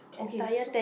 okay so